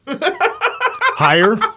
Higher